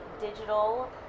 digital